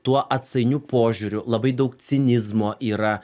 tuo atsainiu požiūriu labai daug cinizmo yra